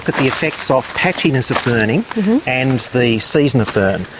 but the effects of patchiness of burning and the season of burn.